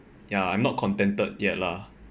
ya I'm not contented yet lah